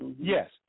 yes